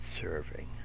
serving